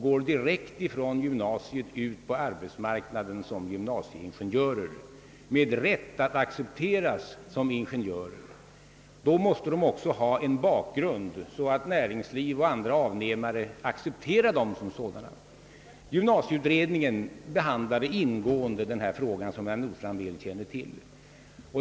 De skall från gymnasiet gå direkt ut på arbetsmarknaden som gymnasieingenjörer med rätt att accepteras som ingenjörer, men då måste de också ha en sådan bakgrund, att näringsliv och andra avnämare accepterar dem som sådana. Gymnasieutredningen behandlade, som herr Nordstrandh väl känner till, ingående denna fråga.